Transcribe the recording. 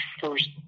first